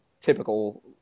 typical